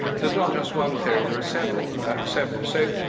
there's not just one theory. there are several several so,